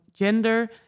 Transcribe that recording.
Gender